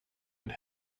and